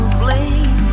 blame